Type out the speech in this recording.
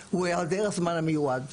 הוא היעדר הזמן המיועד.